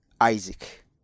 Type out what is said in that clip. Isaac